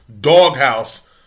doghouse